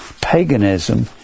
paganism